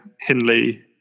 Hindley